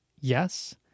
yes